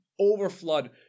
overflood